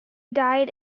died